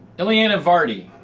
eliana vardy.